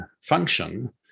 function